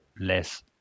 less